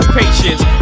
patience